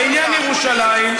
לעניין ירושלים,